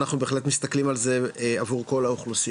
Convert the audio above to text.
ואנחנו בהחלט מסתכלים על זה עבור כל האוכלוסייה.